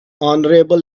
honorable